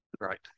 right